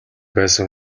байсан